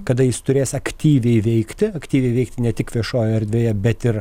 kada jis turės aktyviai veikti aktyviai veikti ne tik viešojoj erdvėje bet ir